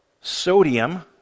sodium